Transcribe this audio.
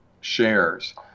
shares